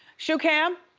shoe cam?